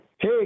Hey